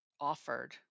offered